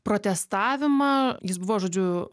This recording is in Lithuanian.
protestavimą jis buvo žodžiu